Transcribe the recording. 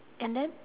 and then